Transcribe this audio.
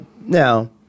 Now